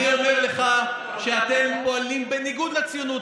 אני אומר לך שאתם פועלים בניגוד לציונות.